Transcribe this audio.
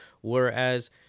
Whereas